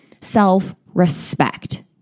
self-respect